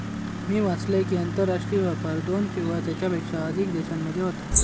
मी वाचलंय कि, आंतरराष्ट्रीय व्यापार दोन किंवा त्येच्यापेक्षा अधिक देशांमध्ये होता